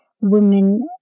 women